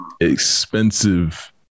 expensive